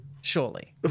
surely